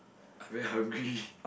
I very hungry